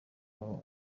aba